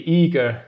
eager